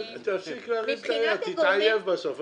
תפסיק להרים את היד, תתעייף בסוף.